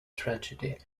tragedy